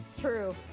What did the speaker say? True